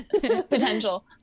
Potential